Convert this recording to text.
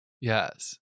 Yes